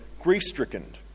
grief-stricken